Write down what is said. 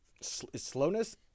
slowness